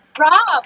Rob